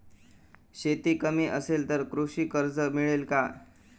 शेती कमी असेल तर कृषी कर्ज मिळेल का?